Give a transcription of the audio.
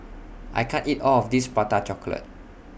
I can't eat All of This Prata Chocolate